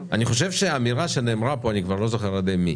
אני חושב שהאמירה שנאמרה פה אני כבר לא זוכר על ידי מי